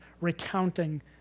recounting